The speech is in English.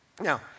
Now